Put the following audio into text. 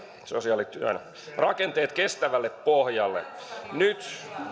sosiaalityön rakenteet kestävälle pohjalle nyt